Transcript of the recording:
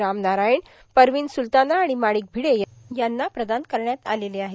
राम नारायण परवीन सुलताना आणि माणिक भिडे यांना प्रदान करण्यात आलेला आहे